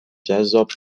جذاب